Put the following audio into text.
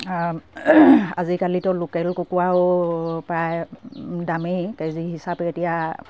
আজিকালিতো লোকেল কুকুৰাও প্ৰায় দামেই কেজি হিচাপে এতিয়া